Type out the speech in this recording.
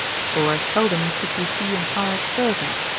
for seldom should you see an hired servant,